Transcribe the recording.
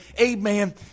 amen